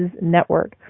Network